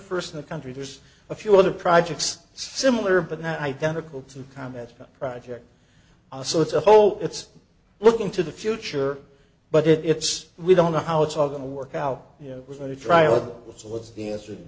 st in the country there's a few other projects similar but not identical to comment project so it's a whole it's looking to the future but it it's we don't know how it's all going to work out you know we're going to trial so what's the answer